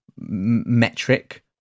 metric